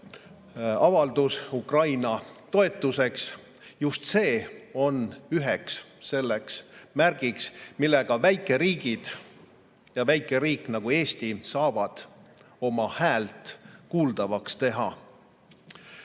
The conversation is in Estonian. avaldus Ukraina toetuseks, on üheks märgiks, millega väikeriigid ja väikeriik nagu Eesti saavad oma häält kuuldavaks teha.